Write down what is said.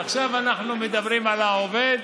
עכשיו אנחנו מדברים על העובד.